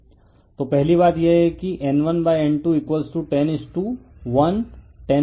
refer slide time 1518 तो पहली बात यह है कि N1N210 इज टू 110 110है